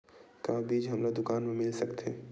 का बीज हमला दुकान म मिल सकत हे?